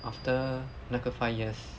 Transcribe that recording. after 那个 five years